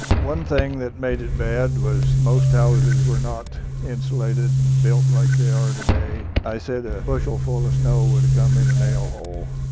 one thing that made it bad was most houses were not insulated and built like they are today. i said a bushel full of snow woulda come in a nail hole.